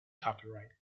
copyright